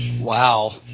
Wow